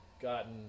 gotten